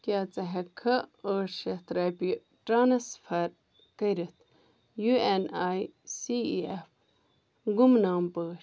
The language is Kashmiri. کیٛاہ ژٕ ہیٚکہِ کھا ٲٹھ شٮ۪تھ رۄپیہِ ٹرٛانسفر کٔرِتھ یوٗ N A C E F گمنام پٲٹھۍ